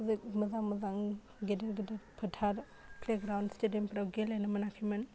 जि मोजां मोजां गेदेर गेदेर फोथार प्लेग्रावन स्टेदियामफोराव गेलेनो मोनाखैमोन